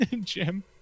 Jim